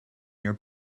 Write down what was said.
your